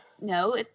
No